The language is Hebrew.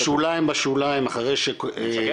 בשוליים בשוליים, אחרי -- אתה משקר.